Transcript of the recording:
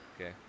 okay